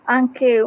anche